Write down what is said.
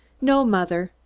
no, mother.